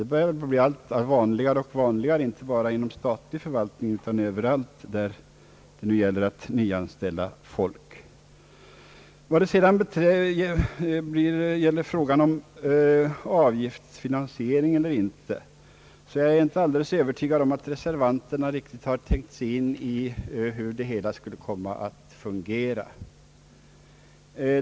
Det blir allt vanligare och vanligare, inte bara inom statlig förvaltning utan överallt där man nyanställer folk. Vad sedan gäller frågan om avgiftsfinansiering eller inte är jag inte övertygad om att reservanterna riktigt har trängt in i hur det hela skulle komma att fungera.